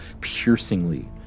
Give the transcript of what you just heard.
piercingly